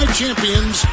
champions